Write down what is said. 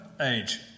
age